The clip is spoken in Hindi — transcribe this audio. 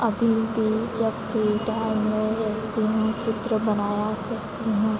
अभी भी जब फ़्री टाइम में रहती हूँ चित्र बनाया करती हूँ